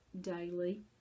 daily